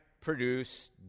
produce